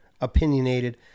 opinionated